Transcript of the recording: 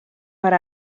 per